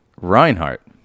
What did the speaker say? Reinhardt